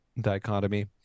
dichotomy